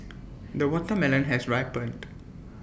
the watermelon has ripened